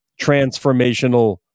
transformational